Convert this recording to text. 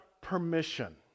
permission